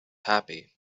happy